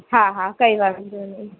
હા હા કંઈ વાંધો નહીં